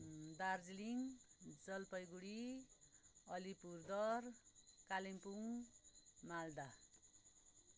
Darjeeling Jalpaiguri Alipurduar Kalimpong Malda